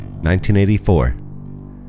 1984